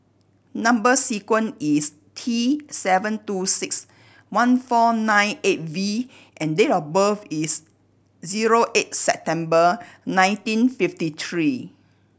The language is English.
number sequence is T seven two six one four nine eight V and date of birth is zero eight September nineteen fifty three